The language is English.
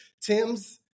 Tim's